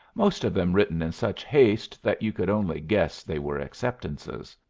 most of them written in such haste that you could only guess they were acceptances.